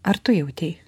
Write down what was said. ar tu jautei